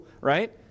right